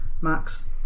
Max